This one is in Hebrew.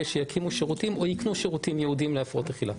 שהן יקימו שירותים או ייתנו שירותים ייעודיים להפרעות אכילה.